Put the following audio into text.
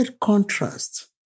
contrast